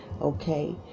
okay